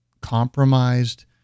compromised